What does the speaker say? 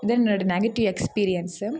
இதான் என்னோட negative experience